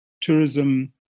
tourism